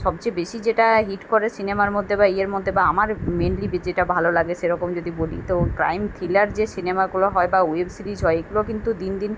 সব চেয়ে বেশি যেটা হিট করে সিনেমার মধ্যে বা ইয়ের মধ্যে বা আমার মেনলি বে যেটা ভালো লাগে সেরকম যদি বলি তো ক্রাইম থ্রিলার যে সিনেমাগুলো হয় বা ওয়েব সিরিজ হয় এগুলো কিন্তু দিন দিন